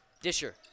Disher